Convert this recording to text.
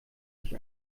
sich